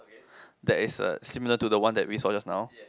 that is uh similar to the one that we saw just now